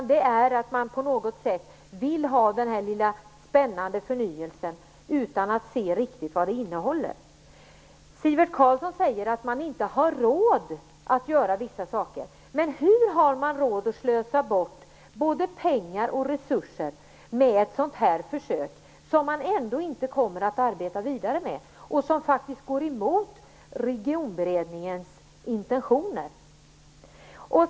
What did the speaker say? Men man vill ha den här lilla spännande förnyelsen utan att se riktigt vad den innehåller. Sivert Carlsson säger att man inte har råd att göra vissa saker. Men hur har man råd att slösa bort både pengar och resurser på ett sådant här försök, som man ändå inte kommer att arbeta vidare med och som faktiskt strider mot Regionberedningens intentioner?